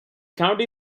county